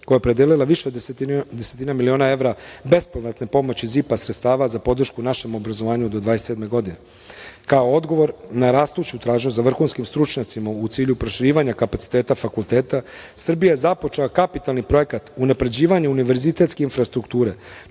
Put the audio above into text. koja je opredelila više desetina miliona evra bespovratne pomoći iz IPA sredstava za podršku našem obrazovanju do 2027. godine. Kao odgovor na rastuću tražnju za vrhunskim stručnjacima u cilju proširivanja kapaciteta fakulteta, Srbija je započela kapitalni projekat unapređivanja univerzitetske infrastrukture